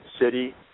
city